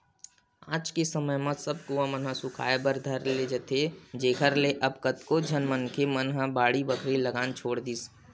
आज के समे म सब कुँआ मन ह सुखाय बर धर लेथे जेखर ले अब कतको झन मनखे मन ह बाड़ी बखरी लगाना छोड़ दिस